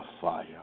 fire